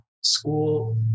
school